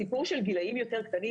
הסיפור של גילים יותר קטנים,